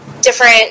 different